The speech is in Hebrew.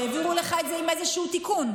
אז העבירו לך את זה עם איזשהו תיקון.